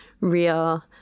real